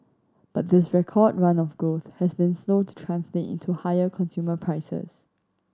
but this record run of growth has been slow to translate into higher consumer prices